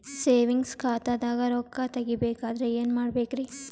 Savings ಖಾತಾದಾಗ ರೊಕ್ಕ ತೇಗಿ ಬೇಕಾದರ ಏನ ಮಾಡಬೇಕರಿ?